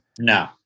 No